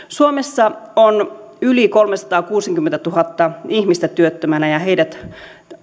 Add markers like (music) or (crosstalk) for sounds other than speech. (unintelligible) suomessa on yli kolmesataakuusikymmentätuhatta ihmistä työttömänä ja heidät